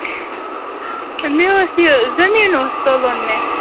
مےٚ اوس یہِ زمیٖن اوس تُلُن مےٚ